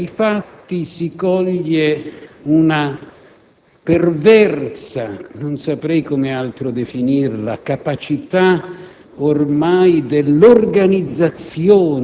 Allo stesso modo, però, dai fatti si coglie una perversa - non saprei come altro definirla - capacità